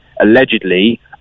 allegedly